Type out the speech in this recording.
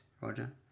roger